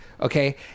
okay